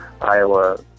Iowa